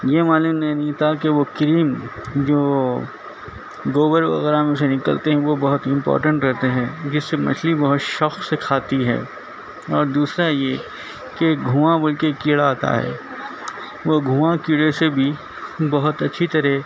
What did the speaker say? یہ معلوم نہیں ہوتا کہ وہ کریم جو گوبر وغیرہ میں سے نکلتے ہیں وہ بہت امپورٹنٹ رہتے ہیں جسے مچھلی بہت شوق سے کھاتی ہے اور دوسرا یہ کہ گھواں بول کے ایک کیڑا آتا ہے وہ گھواں کیڑے سے بھی بہت اچھی طرح